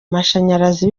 mashanyarazi